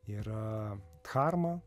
yra karma